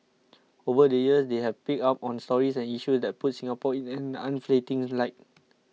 over the years they have picked up on stories and issues that puts Singapore in an unflattering light